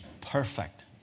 perfect